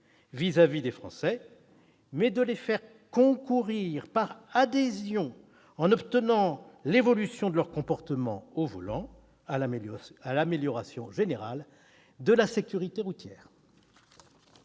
chez les Français, mais de les faire concourir par adhésion, en obtenant l'évolution de leur comportement au volant, à l'amélioration générale de la sécurité routière.